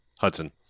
Hudson